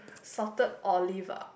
salted olive ah